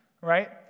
right